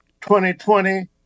2020